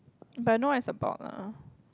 but I know it's the box lah